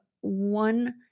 one